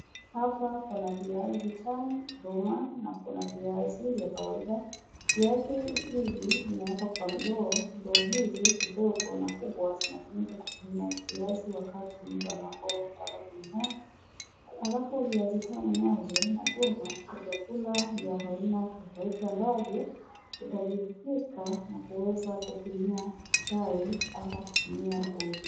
Hapa kuna viazi tamu, duma na kuna viazi vya kawaida. Viazi hivi vimewekwa kwa ndoo. Ndoo hizi kidogo na kubwa zinatumika kupimia viazi wakati mtu anapotaka kununua. Alafu viazi tamu nazo na duma ni vyakula vya haina tofauti ambavyo utavipika na kuweza kuvinywia chai ama kuvinywia uji.